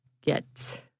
get